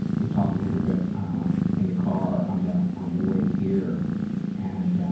we talked a little bit ah in the car on the on the way here and